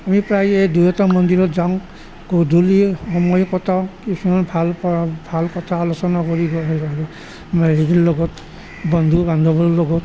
আমি প্ৰায়ে এই দুয়োটা মন্দিৰত যাওঁ গধূলি সময় কটাওঁ কিছু ভাল পৰা ভাল কথা আলোচনা কৰি হেৰিৰ লগত বন্ধু বান্ধৱীৰ লগত